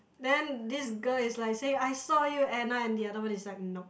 then this girl is like saying I saw you Anna and the other one is like nope